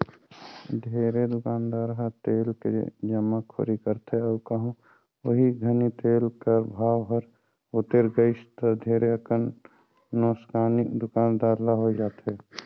ढेरे दुकानदार ह तेल के जमाखोरी करथे अउ कहों ओही घनी तेल कर भाव हर उतेर गइस ता ढेरे अकन नोसकानी दुकानदार ल होए जाथे